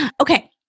Okay